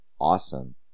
awesome